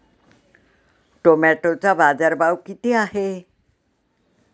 टोमॅटोचा बाजारभाव किती आहे?